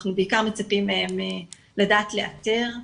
שאנחנו בעיקר מצפים מהם לדעת לאתר,